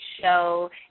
show